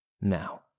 Now